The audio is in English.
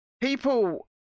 people